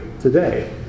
today